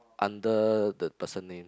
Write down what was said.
under the person name